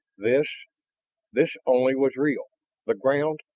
this this only was real the ground,